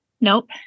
nope